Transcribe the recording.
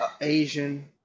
Asian